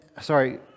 sorry